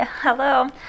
Hello